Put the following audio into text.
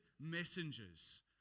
messengers